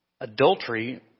adultery